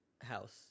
house